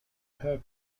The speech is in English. her